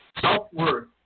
self-worth